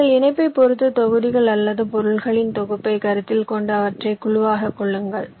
நீங்கள் இணைப்பைப் பொறுத்து தொகுதிகள் அல்லது பொருள்களின் தொகுப்பைக் கருத்தில் கொண்டு அவற்றைக் குழுவாகக் கொள்ளுங்கள்